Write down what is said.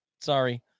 Sorry